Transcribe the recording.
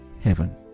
heaven